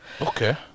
Okay